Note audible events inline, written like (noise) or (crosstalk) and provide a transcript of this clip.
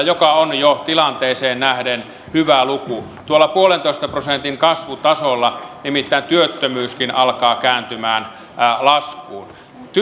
(unintelligible) joka on jo tilanteeseen nähden hyvä luku tuolla puolentoista prosentin kasvutasolla nimittäin työttömyyskin alkaa kääntymään laskuun